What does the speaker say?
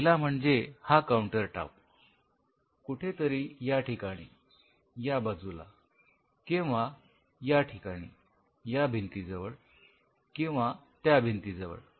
पहिला म्हणजे हा काऊंटर टॉप कुठेतरी याठिकाणी या बाजूला किंवा या ठिकाणी या भिंतीजवळ किंवा त्या भिंतीजवळ